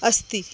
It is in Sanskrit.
अस्ति